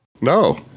no